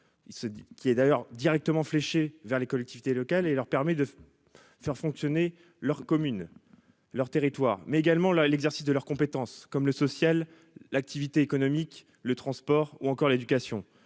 qu'il est d'ailleurs directement fléchée vers les collectivités locales et leur permet de faire fonctionner leur commune leur territoire mais également la l'exercice de leurs compétences, comme le social, l'activité économique, le transport ou encore l'éducation